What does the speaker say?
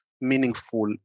meaningful